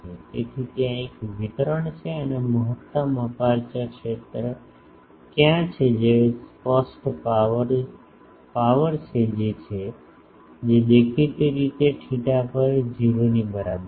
તેથી ત્યાં એક વિતરણ છે અને મહત્તમ અપેર્ચર ક્ષેત્ર ક્યાં છે જે સ્પષ્ટ પાવર છે જે છે દેખીતી રીતે theta પર 0 ની બરાબર છે